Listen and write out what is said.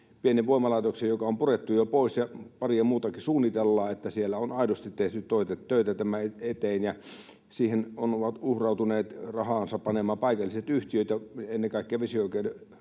pienen voimalaitoksen, joka on purettu jo pois, ja paria muutakin suunnitellaan, niin että siellä on aidosti tehty töitä tämän eteen. Ja siihen ovat uhrautuneet rahaansa panemaan paikalliset yhtiöt ja ennen kaikkea vesialueiden